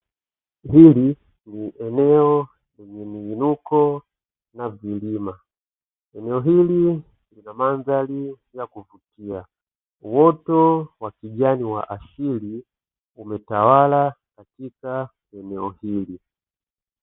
Hili ni eneo lenye miinuko na milima, eneo hili lina mandhari ya kuvutia uoto wa kijani wa asili umetawala katika eneo hili.